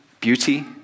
beauty